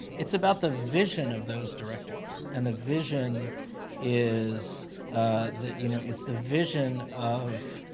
it's about the vision of those directors, and the vision is that, you know, it's the vision of